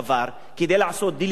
כדי לעשות דה-לגיטימציה,